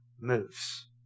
moves